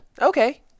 Okay